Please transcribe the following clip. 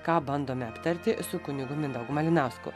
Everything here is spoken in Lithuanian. ką bandome aptarti su kunigu mindaugu malinausku